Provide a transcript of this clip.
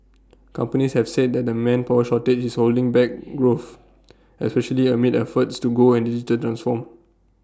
companies have said that the manpower shortage is holding back growth especially amid efforts to go and digital transform